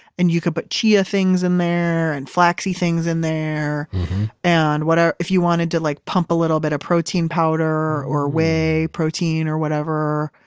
and you could put chia things in there and flaxie things in there and whatever. if you wanted to like pump a little bit of protein powder or whey protein or whatever.